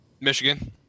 Michigan